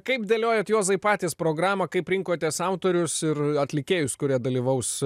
kaip dėliojot juozai patys programą kaip rinkotės autorius ir atlikėjus kurie dalyvaus